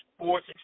sports